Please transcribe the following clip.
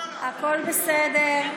הכול בסדר.